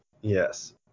Yes